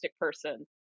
person